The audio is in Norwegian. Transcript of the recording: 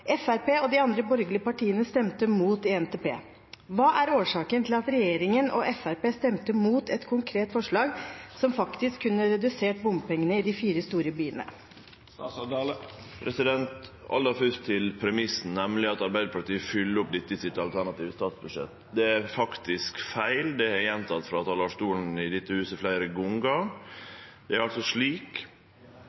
og de andre borgerlige partiene stemte mot i NTP. Hva er årsaken til at regjeringen og Fremskrittspartiet stemte mot et konkret forslag som faktisk kunne redusert bompengene i de fire store byene?» Aller først til premissen, nemleg at Arbeidarpartiet følgjer opp dette i sitt alternative statsbudsjett: Det er faktisk feil, det har eg gjenteke frå talarstolen i dette huset